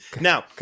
Now